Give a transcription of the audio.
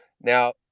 now